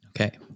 Okay